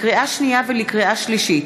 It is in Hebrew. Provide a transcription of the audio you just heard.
לקריאה שנייה ולקריאה שלישית: